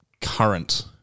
current